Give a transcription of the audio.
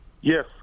Yes